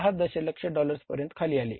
6 दशलक्ष डॉलर्स पर्यंत खाली आले